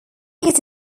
hit